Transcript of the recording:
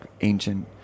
ancient